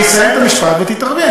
אני אסיים את המשפט ותתערבי.